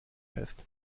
fest